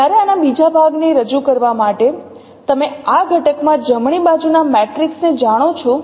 જ્યારે આના બીજા ભાગને રજૂ કરવા માટે તમે આ ઘટકમાં જમણી બાજુ ના મેટ્રિક્સ ને જાણો છો